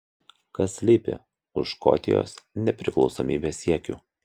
kas slypi už škotijos nepriklausomybės siekių